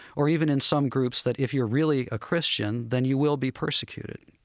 or even in some groups that if you're really a christian then you will be persecuted.